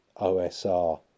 OSR